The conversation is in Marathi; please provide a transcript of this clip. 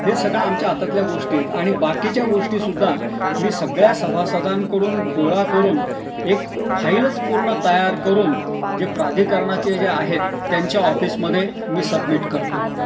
हे सगळं आमच्या हातातल्या गोष्टी आहेत आणि बाकीच्या गोष्टीसुद्धा मी सगळ्या सभासदांकडून गोळा करून एक फाईलच पूर्ण तयार करून जे प्राधिकारणाचे जे आहेत त्यांच्या ऑफिसमध्ये मी सबमिट करतो